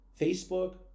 Facebook